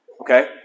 Okay